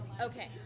Okay